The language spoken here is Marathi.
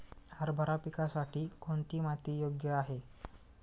हरभरा पिकासाठी कोणती माती योग्य आहे?